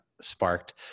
sparked